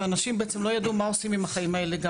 ואנשים בעצם לא ידעו מה עושים עם החיים האלה.